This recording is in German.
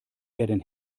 werden